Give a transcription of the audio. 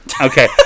Okay